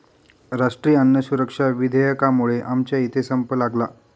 राष्ट्रीय अन्न सुरक्षा विधेयकामुळे आमच्या इथे संप लागला